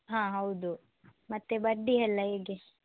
ಹಾಂ ಹೌದು ಮತ್ತೆ ಬಡ್ಡಿ ಎಲ್ಲ ಹೇಗೆ